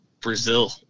Brazil